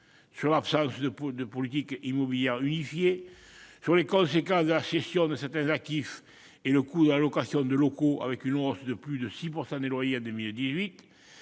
sur l'absence de politique immobilière unifiée, sur les conséquences de la cession de certains actifs, sur le coût de la location de locaux, avec une hausse de plus de 6 % des loyers en 2018,